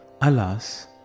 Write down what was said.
Alas